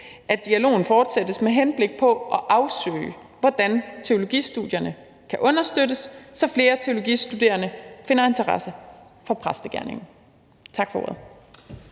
at dialogen fortsættes med henblik på at afsøge, hvordan teologistudierne kan understøttes, så flere teologistuderende finder interesse for præstegerningen. Tak for ordet.